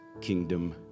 kingdom